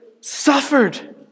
suffered